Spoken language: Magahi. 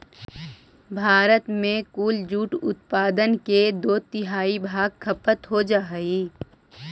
भारत में कुल जूट उत्पादन के दो तिहाई भाग खपत हो जा हइ